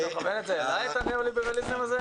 אתה מכוון את זה אליי, את הניאו ליברליזם הזה?